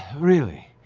really?